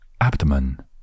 Abdomen